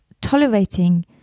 tolerating